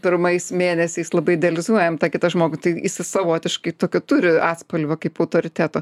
pirmais mėnesiais labai idealizuojam tą kitą žmogų tai jisai savotiškai tokio turi atspalvio kaip autoriteto